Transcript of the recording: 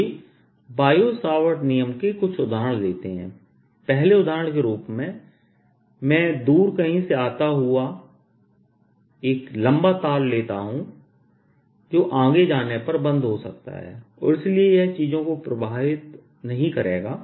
आइए Biot Savart नियमBiot Savart's Law के कुछ उदाहरण लेते हैं पहले उदाहरण के रूप में मैं दूर कहीं से आता हुआ हुआ एक लंबा तार लेता हूं जो आगे जाने पर बंद हो सकता है और इसलिए यह चीजों को प्रभावित नहीं करेगा